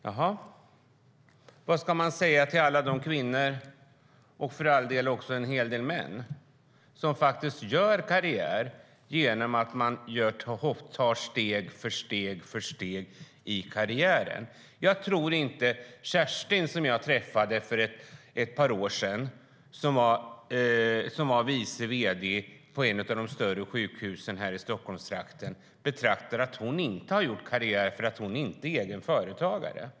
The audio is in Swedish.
Jaha - vad ska man då säga till alla de kvinnor, och för all del också en hel del män, som faktiskt gör karriär genom att ta steg för steg för steg i karriären? Jag tror inte att Kerstin, som jag träffade för ett par år sedan och som var vice vd på ett av de större sjukhusen här i Stockholmstrakten, tycker att hon inte har gjort karriär därför att hon inte är egenföretagare.